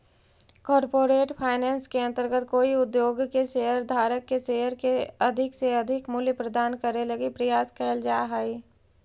corporate finance के अंतर्गत कोई उद्योग के शेयर धारक के शेयर के अधिक से अधिक मूल्य प्रदान करे लगी प्रयास कैल जा हइ